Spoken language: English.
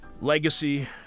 legacy